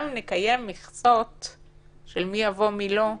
גם אם נקיים מכסות של מי יבוא ומי לא יבוא,